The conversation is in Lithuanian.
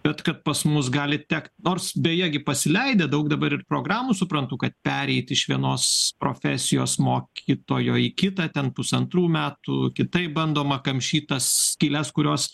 bet kad pas mus gali tekt nors beje gi pasileidę daug dabar ir programų suprantu kad pereiti iš vienos profesijos mokytojo į kitą ten pusantrų metų kitaip bandoma kamšyt tas skyles kurios